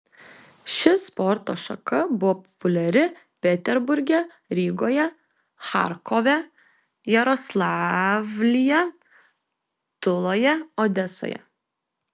ši sporto šaka buvo populiari peterburge rygoje charkove jaroslavlyje tuloje odesoje